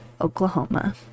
oklahoma